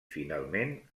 finalment